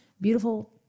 beautiful